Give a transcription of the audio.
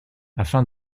afin